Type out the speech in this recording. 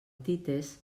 tites